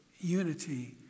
unity